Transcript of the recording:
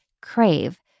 crave